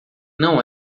não